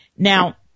Now